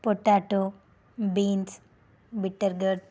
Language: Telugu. potato beans bitter gourd